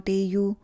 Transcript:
au